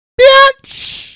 Bitch